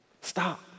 stop